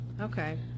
okay